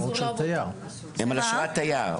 הם על אשרת תייר.